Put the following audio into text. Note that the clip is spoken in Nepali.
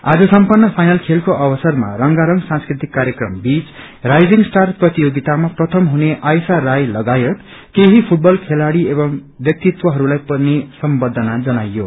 आज सम्पन्न फाइनल खेलको अवसरमा रंगारंग सांस्कृतिक कार्यक्रम बीच राईजिंग स्टार प्रतियोगितामा प्रथम हुने आइसा राई लगायत केही फुटबल खेलाड़ी एंव व्यक्तित्वहरूलाई पनि सर्म्बधना जनाइयो